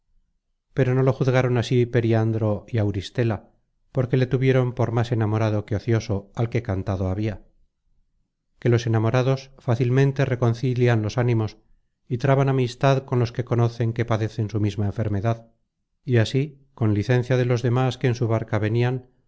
pero no lo juzgaron así periandro y auristela porque le tuvieron por más enamorado que ocioso al que cantado habia que los enamorados fácilmente reconcilian los ánimos y traban amistad con los que conocen que padecen su misma enfermedad y así con licencia de los demas que en su barca venian